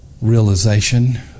realization